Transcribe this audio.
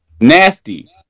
Nasty